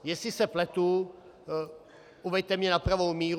Jestli se pletu, uveďte mě na pravou míru.